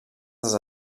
dels